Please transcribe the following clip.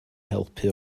helpu